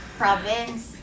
province